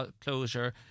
closure